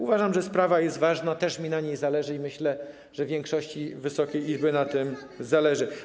Uważam, że sprawa jest ważna, też mi na tym zależy, i myślę, że większości Wysokiej Izby na tym zależy.